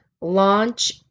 launch